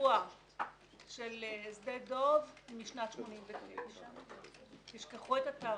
האירוע של שדה דב משנת 89' - תשכחו את התאריך.